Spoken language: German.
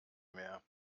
mehr